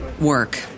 work